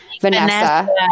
Vanessa